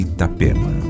Itapema